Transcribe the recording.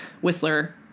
Whistler